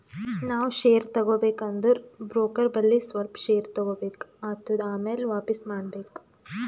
ನಾವ್ ಶೇರ್ ತಗೋಬೇಕ ಅಂದುರ್ ಬ್ರೋಕರ್ ಬಲ್ಲಿ ಸ್ವಲ್ಪ ಶೇರ್ ತಗೋಬೇಕ್ ಆತ್ತುದ್ ಆಮ್ಯಾಲ ವಾಪಿಸ್ ಮಾಡ್ಬೇಕ್